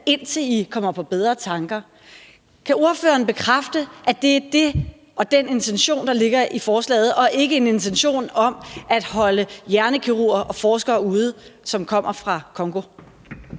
indtil I kommer på bedre tanker. Kan ordføreren bekræfte, at det er det og den intention, der ligger i forslaget, og ikke en intention om at holde hjernekirurger og forskere, som kommer fra Congo,